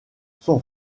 son